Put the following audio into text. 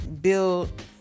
build